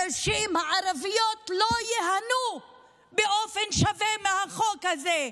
הנשים הערביות, לא ייהנו באופן שווה מהחוק הזה,